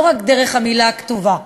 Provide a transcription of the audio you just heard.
לא רק דרך המילה הכתובה,